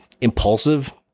impulsive